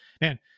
man